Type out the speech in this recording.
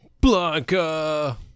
Blanca